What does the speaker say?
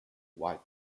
white